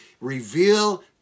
reveal